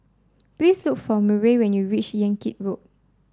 please look for Murray when you reach Yan Kit Road